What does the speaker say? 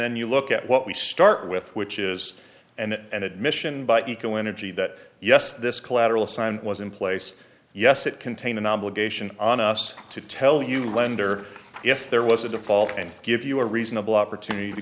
then you look at what we start with which is an admission by eco energy that yes this collateral sign was in place yes it contained an obligation on us to tell you lender if there was a default and give you a reasonable opportunity to